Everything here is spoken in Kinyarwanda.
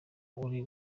bari